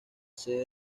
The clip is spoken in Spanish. sede